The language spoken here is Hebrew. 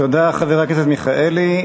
תודה, חבר הכנסת מיכאלי.